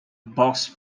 box